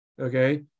Okay